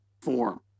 form